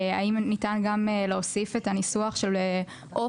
האם ניתן גם להוסיף את הניסוח של "או